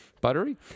Buttery